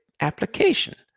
application